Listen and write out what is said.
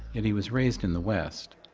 and he was raised in the west.